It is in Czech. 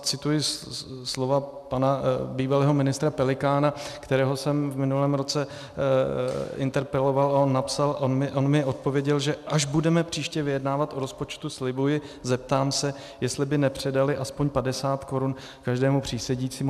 Cituji slova pana bývalého ministra Pelikána, kterého jsem v minulém roce interpeloval, a on mi odpověděl, že až budeme příště vyjednávat o rozpočtu, slibuji, zeptám se, jestli by nepřidali aspoň 50 korun každému přísedícímu.